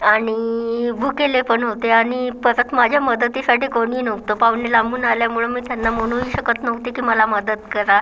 आणि भुकेले पण होते आणि परत माझ्या मदतीसाठी कोणी नव्हतं पाहुणे लांबून आल्यामुळं मी त्यांना म्हणूही शकत नव्हते की मला मदत करा